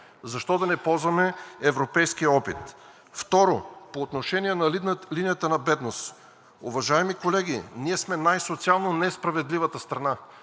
Защо да не ползваме европейския опит? Второ, по отношение на линията на бедност. Уважаеми колеги, ние сме най-социално несправедливата страна,